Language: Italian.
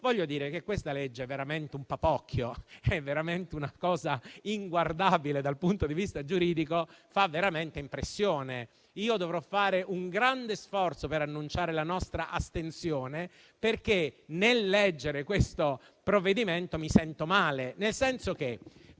questo disegno di legge è veramente un papocchio e una cosa inguardabile dal punto di vista giuridico e fa veramente impressione. Dovrò fare un grande sforzo per annunciare la nostra astensione, perché, nel leggere questo provvedimento, mi sento male. Si prende